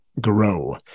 grow